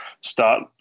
start